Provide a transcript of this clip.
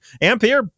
Ampere